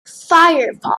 firefox